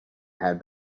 had